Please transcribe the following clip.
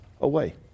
away